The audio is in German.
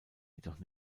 jedoch